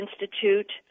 Institute